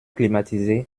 climatisée